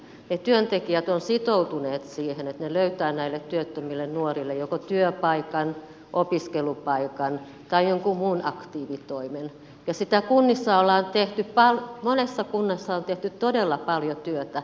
ne työntekijät ovat sitoutuneet siihen että he löytävät näille työttömille nuorille joko työpaikan opiskelupaikan tai jonkun muun aktiivitoimen ja sitä kunnissa ollaan tehty vaan monessa kunnassa on tehty todella paljon työtä